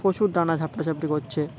প্রচুর ডানা ঝাপটাঝাপটি করছে